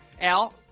Al